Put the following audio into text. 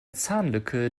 zahnlücke